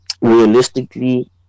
realistically